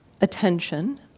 attention